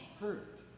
hurt